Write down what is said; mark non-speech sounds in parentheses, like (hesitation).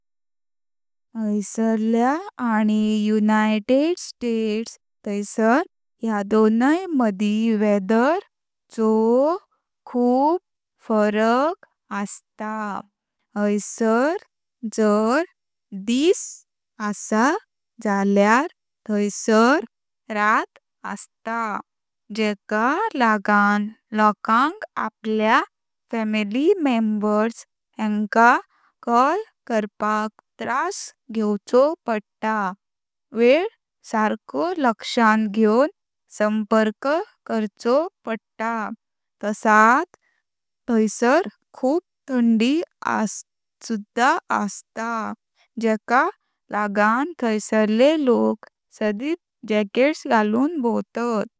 हायसारल्या आणी United States थायसर ह्या दोनाय मदी वेदर चो खूप फराक आँसता। हायसर जर दिस आँसा झाल्यार थायसर रात आँसता, जेका लागन लोकांक आपल्या फॅमिली मेंबर्स हेंका कॉल करपाक त्रास घेवचो पडता। वेळ सारको लक्षाण घेवन संपर्क करचो पडता, तसत थायसर खूप थंडी (hesitation) सुद्धा आँसता, जेका लागन थायसरले लोक सदीत जॅकेट्स घालून भौवतात।